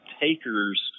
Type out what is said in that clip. takers